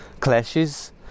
Clashes